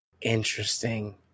interesting